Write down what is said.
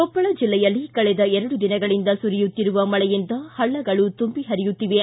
ಕೊಪ್ಪಳ ಜಿಲ್ಲೆಯಲ್ಲಿ ಕಳೆದ ಎರಡು ದಿನಗಳಿಂದ ಸುರಿಯುತ್ತಿರುವ ಮಳೆಯಿಂದ ಹಳ್ಳಗಳು ತುಂಬಿ ಹರಿಯುತ್ತಿವೆ